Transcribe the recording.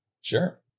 Sure